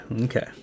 Okay